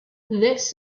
this